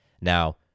Now